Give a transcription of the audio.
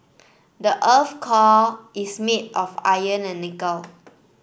the earth's core is made of iron and nickel